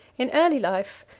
in early life,